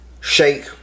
shake